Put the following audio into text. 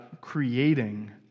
creating